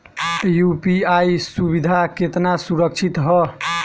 UPI सुविधा केतना सुरक्षित ह?